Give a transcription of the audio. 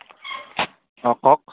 অ' কওক